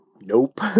nope